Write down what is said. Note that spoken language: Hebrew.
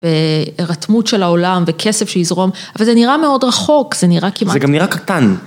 והירתמות של העולם, וכסף שיזרום, אבל זה נראה מאוד רחוק, זה נראה כמעט... זה גם נראה קטן.